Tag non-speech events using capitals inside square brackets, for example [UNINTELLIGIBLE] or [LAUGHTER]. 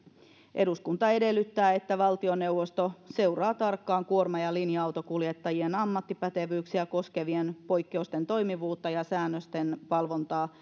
eduskunta edellyttää että valtioneuvosto seuraa tarkkaan kuorma ja linja autonkuljettajien ammattipätevyyksiä koskevien poikkeusten toimivuutta ja säännösten valvontaa [UNINTELLIGIBLE]